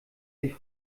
sich